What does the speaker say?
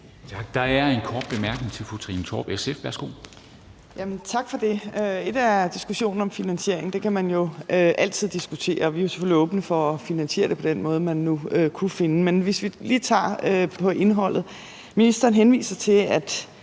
Der er en kort bemærkning fra fru Trine Torp, SF. Værsgo. Kl. 10:40 Trine Torp (SF): Tak for det. Ét er diskussionen om finansiering. Det kan man jo altid diskutere, og vi er selvfølgelig åbne for at finansiere det på den måde, som man nu kunne finde frem til. Men hvis vi lige tager indholdet: Ministeren henviser til, at